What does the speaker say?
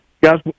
Guys